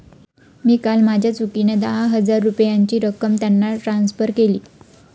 मी काल माझ्या चुकीने दहा हजार रुपयांची रक्कम त्यांना ट्रान्सफर केली